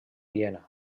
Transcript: viena